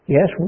Yes